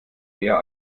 eher